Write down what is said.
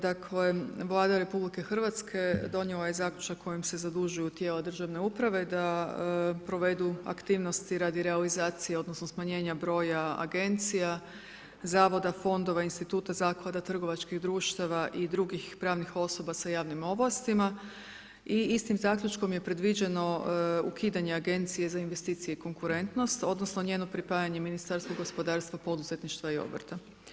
Dakle, Vlada RH donio je ovaj zaključak kojim se zadužuju tijela državne uprave da provedu aktivnosti radi realizacije odnosno smanjenja broja agencija, zavoda, fondova, instituta, zaklada, trgovačkih društava i drugih pravnih osoba sa javnim ovlastima i istim zaključkom je predviđeno ukidanje Agencije za investicije i konkurentnost odnosno njeno pripajanje Ministarstvu gospodarstva, poduzetništva i obrta.